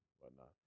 whatnot